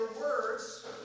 words